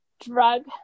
drug